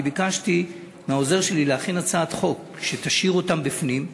אני ביקשתי מהעוזר שלי להכין הצעת חוק שתשאיר אותם בפנים,